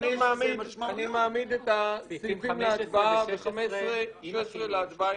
אני מעמיד את הסעיפים 15 ו-16 להצבעה,